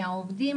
מהעובדים,